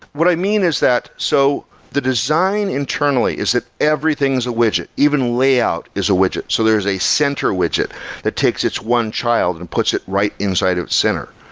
what i mean is that so the design internally is that everything is a widget, even layout is a widget. so there is a center widget that takes it's one child and puts it right inside of center.